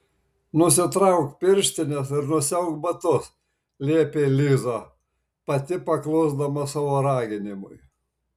nusitrauk pirštines ir nusiauk batus liepė liza pati paklusdama savo raginimui